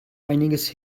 einiges